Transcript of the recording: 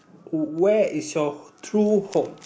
where is your true home